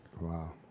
Wow